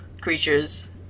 creatures